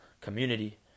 community